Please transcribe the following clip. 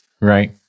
right